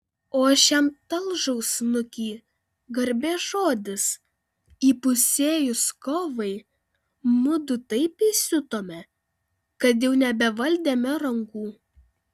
o aš jam talžau snukį garbės žodis įpusėjus kovai mudu taip įsiutome kad jau nebevaldėme rankų